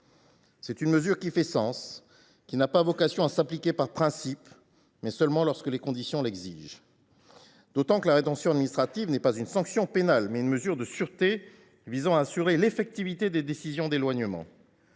C’est une mesure qui fait sens et qui a vocation à s’appliquer non pas par principe, mais seulement lorsque les conditions l’exigent. Rappelons que la rétention administrative est non pas une sanction pénale, mais une mesure de sûreté visant à assurer l’effectivité des décisions d’éloignement.